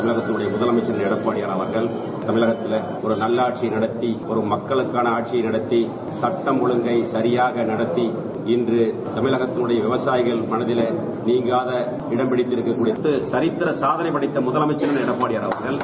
தமிழகத்தில் முதலமைச்சர் எடப்பாடியார் அவர்கள் தமிழகத்திலே ஒரு நல்லாட்சியை நடத்தி மக்களுக்கான ஆட்சியை நடத்தி சட்டம் ஒழுங்கை சரிபாக நடத்தி இன்று தமிழகத்தினுடைய விவசாயிகள் மனதிலே நீங்காத இடம் பிடித்து எரித்திர சாதளை படைத்த முதலமைச்சர் அண்ணன் எடப்பாடியார்